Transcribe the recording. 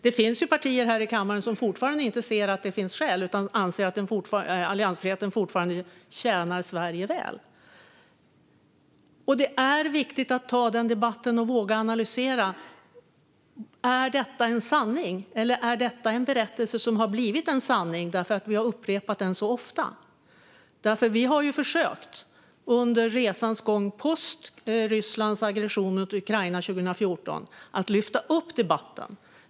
Det finns ju partier här i kammaren som fortfarande inte ser att det finns skäl för ett Natomedlemskap utan anser att alliansfriheten fortfarande tjänar Sverige väl. Det är viktigt att ta den debatten och våga analysera: Är detta en sanning, eller är detta en berättelse som har blivit en sanning därför att vi har upprepat den så ofta? Vi har försökt under resans gång, efter Rysslands aggression mot Ukraina 2014, att lyfta upp debatten.